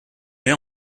met